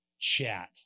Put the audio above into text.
chat